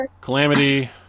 Calamity